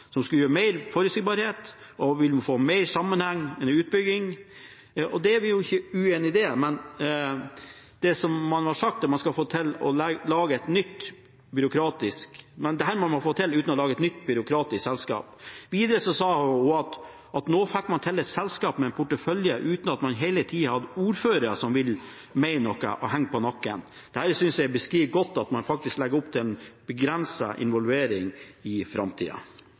som skulle gi mer forutsigbarhet og mer sammenheng i utbyggingen. Vi er jo ikke uenig i det, men dette må man få til uten å lage et nytt byråkratisk selskap. Videre sa hun at nå fikk man et selskap med en portefølje uten at man hele tiden hadde ordførere som ville mene noe og «henge på nakken». Det synes jeg beskriver godt at man faktisk legger opp til en begrenset involvering i framtida.